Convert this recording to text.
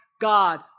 God